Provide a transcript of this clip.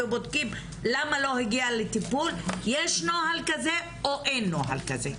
ובודקים למה לא הגיע לטיפול יש נוהל כזה או אין נוהל כזה?